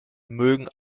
mögen